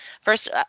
First